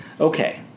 Okay